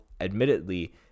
admittedly